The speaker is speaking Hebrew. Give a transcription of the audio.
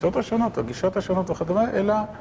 ‫הדעות השונות, הגישות השונות וכדומה, ‫אלא...